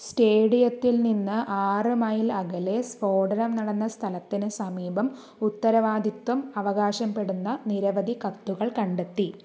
സ്റ്റേഡിയത്തിൽ നിന്ന് ആറ് മൈൽ അകലെ സ്ഫോടനം നടന്ന സ്ഥലത്തിന് സമീപം ഉത്തരവാദിത്വം അവകാശപ്പെടുന്ന നിരവധി കത്തുകൾ കണ്ടെത്തി